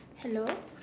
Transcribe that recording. hello